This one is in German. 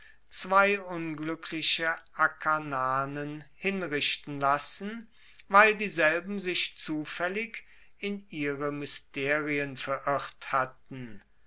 zwei unglueckliche akarnanen hinrichten lassen weil dieselben sich zufaellig in ihre mysterien verirrt hatten